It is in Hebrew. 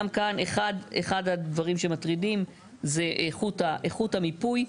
גם כאן, אחד הדברים שמטרידים זה איכות המיפוי.